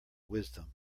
wisdom